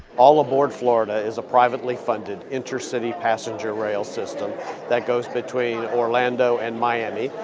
all aboard florida is a privately funded intercity passenger rail system that goes between orlando and miami,